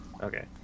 Okay